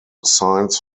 signs